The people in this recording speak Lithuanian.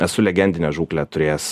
esu legendinę žūklę turėjęs